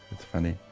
that's funny.